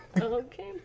okay